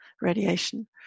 radiation